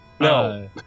no